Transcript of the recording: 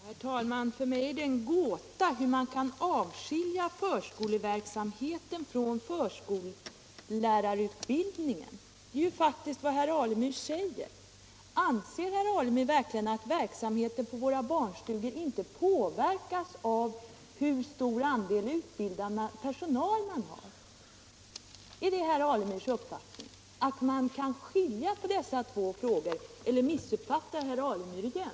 Herr talman! För mig är det en gåta hur man kan skilja förskoleverksamheten från förskollärarutbildningen. Det är faktiskt vad herr Alemyr säger. Anser herr Alemyr verkligen att verksamheten på våra barnstugor inte påverkas av hur stor andel utbildad personal som finns? Är det herr Alemyrs uppfattning att man kan skilja på dessa två frågor, eller missuppfattar jag herr Alemyr igen?